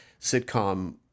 sitcom